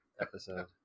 episode